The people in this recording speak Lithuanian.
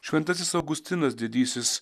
šventasis augustinas didysis